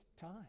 time